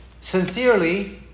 sincerely